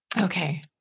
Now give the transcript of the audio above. Okay